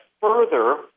further